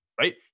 Right